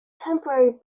temporary